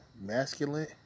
masculine